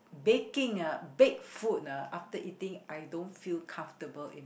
baking ah baked food ah after eating I don't feel comfortable in